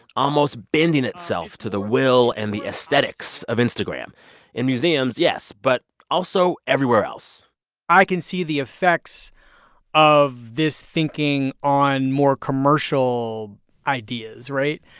almost bending itself to the will and the aesthetics of instagram in museums, yes, but also everywhere else i can see the effects of this thinking on more commercial ideas, right?